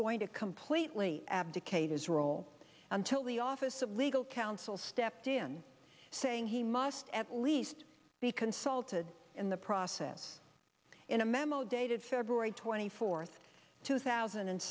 going to completely abdicate his role until the office of legal counsel stepped in saying he must at least be consulted in the process in a memo dated february twenty fourth two thousand and